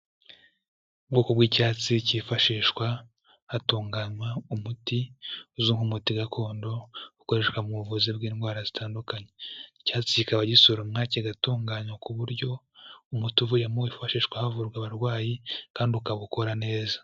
Ubwoko bw'icyatsi cyifashishwa, hatunganywa umuti uzwi nk'umuti gakondo, ukoreshwa mu buvuzi bw'indwara zitandukanye. Icyatsi kikaba gisoromwa kigatunganywa ku buryo umuti uvuyemo wifashishwa havurwa abarwayi, kandi ukaba ukora neza.